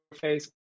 face